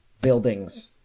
buildings